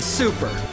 super